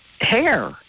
hair